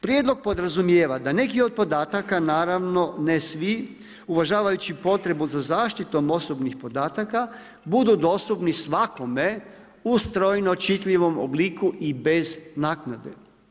Prijedlog podrazumijeva da neki od podataka, naravno ne svi, uvažavajući potrebu za zaštitu osobnih podataka budu dostupni svakome u strojno čitljivom obliku i bez naknade.